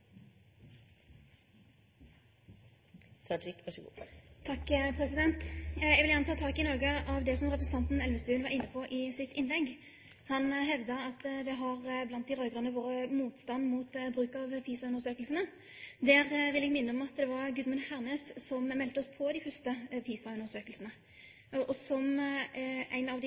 Elvestuen var inne på i sitt innlegg. Han hevdet at det blant de rød-grønne har vært motstand mot bruk av PISA-undersøkelsene. Da vil jeg minne om at det var Gudmund Hernes som meldte oss på de første PISA-undersøkelsene, og som en av de